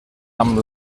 amb